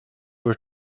were